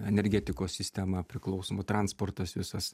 energetikos sistema priklausoma transportas visas